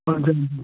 ਹਾਂਜੀ ਹਾਂਜੀ